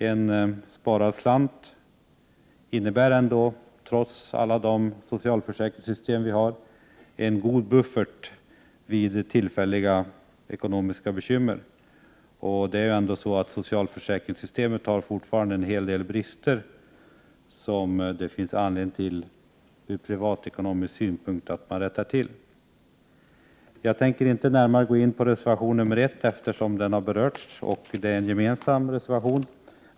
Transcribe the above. En sparad slant innebär ändå, trots alla de socialförsäkringar vi har, en god buffert vid tillfälliga ekonomiska bekymmer. Socialförsäkringssystemet har fortfarande ändå en hel del brister, som det ur privatekonomisk synpunkt finns anledning att rätta till. Jag tänker inte närmare gå in på den gemensamma reservationen nr 1, eftersom den redan har berörts.